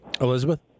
Elizabeth